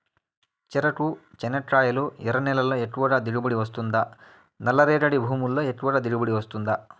చెరకు, చెనక్కాయలు ఎర్ర నేలల్లో ఎక్కువగా దిగుబడి వస్తుందా నల్ల రేగడి భూముల్లో ఎక్కువగా దిగుబడి వస్తుందా